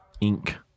ink